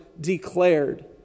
declared